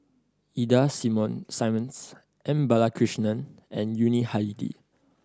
Ida Simmons M Balakrishnan and Yuni Hadi